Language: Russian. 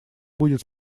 будет